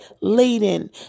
laden